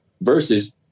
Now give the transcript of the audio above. versus